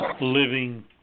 living